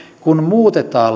kun muutetaan